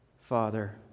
Father